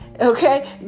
okay